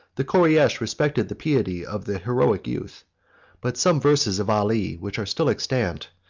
the koreish respected the piety of the heroic youth but some verses of ali, which are still extant,